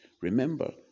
Remember